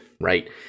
right